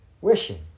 Wishing